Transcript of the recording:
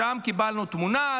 שם קיבלנו תמונה,